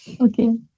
okay